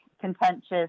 contentious